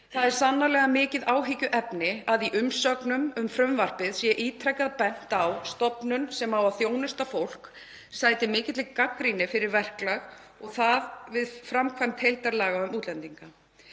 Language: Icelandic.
Það er sannarlega mikið áhyggjuefni að í umsögnum um frumvarpið sé ítrekað bent á að stofnun sem á að þjónusta fólk sæti mikilli gagnrýni fyrir verklag og það við framkvæmd heildarlaga um útlendinga.